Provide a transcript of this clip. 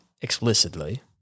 explicitly